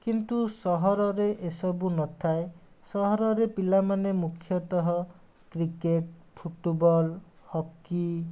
କିନ୍ତୁ ସହରରେ ଏସବୁ ନଥାଏ ସହରରେ ପିଲାମାନେ ମୁଖ୍ୟତଃ କ୍ରିକେଟ୍ ଫୁଟବଲ୍ ହକି